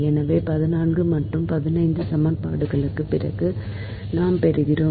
எனவே 14 மற்றும் 15 சமன்பாடுகளுக்குப் பிறகு நாம் பெறுகிறோம்